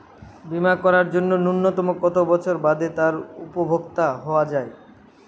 বীমা করার জন্য ন্যুনতম কত বছর বাদে তার উপভোক্তা হওয়া য়ায়?